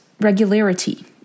Regularity